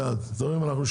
תודה רבה לכ